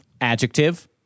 Adjective